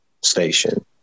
station